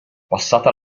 passata